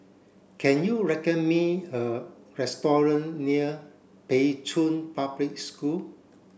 can you me a restaurant near Pei Chun Public School